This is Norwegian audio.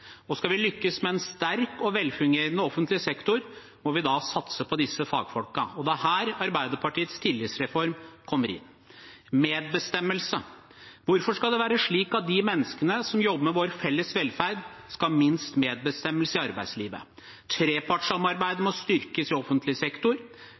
Skal vi lykkes med en sterk og velfungerende offentlig sektor, må vi satse på disse fagfolkene. Det er her Arbeiderpartiets tillitsreform kommer inn – medbestemmelse. Hvorfor skal det være slik at de menneskene som jobber med vår felles velferd, skal ha minst medbestemmelse i arbeidslivet? Trepartssamarbeidet